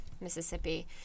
Mississippi